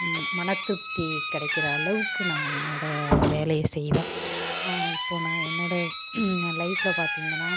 மன திருப்தி கிடைக்கிற அளவுக்கு நான் என்னோடய வேலைய செய்வேன் இப்போது நான் என்னோடய என் லைஃபில் பார்த்திங்கன்னா